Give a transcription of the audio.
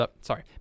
sorry